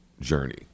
journey